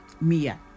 Mia